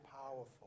powerful